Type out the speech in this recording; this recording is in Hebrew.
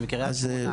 והיא מקרית שמונה